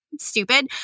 stupid